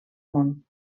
món